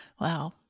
Wow